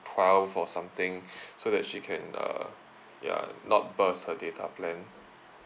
twelve or something so that she can uh ya not burst her data plan